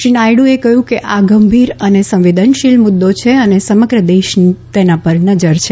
શ્રી નાયડુએ કહ્યું કે આ ગંભીર અને સંવેદનશીલ મુદ્દો છે અને સમગ્ર દેશની તેના પર નજર છે